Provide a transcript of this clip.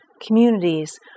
communities